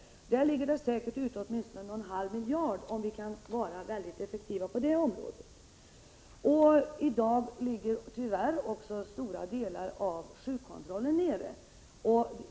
Det är säkerligen åtminstone en halv miljard som ligger ute och som vi kan få tillbaka om vi blir effektiva på detta område. I dag ligger tyvärr också stora delar av sjukkontrollen nere.